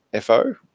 FO